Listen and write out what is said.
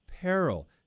peril